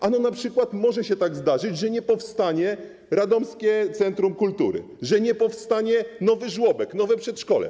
Ano np. może się tak zdarzyć, że nie powstanie Radomskie Centrum Kultury, że nie powstanie nowy żłobek, nowe przedszkole.